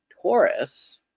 Taurus